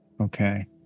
Okay